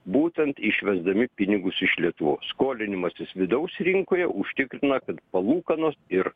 būtent išvesdami pinigus iš lietuvos skolinimasis vidaus rinkoje užtikrina kad palūkanos ir